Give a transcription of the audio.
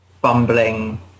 bumbling